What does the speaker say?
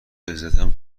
عزتم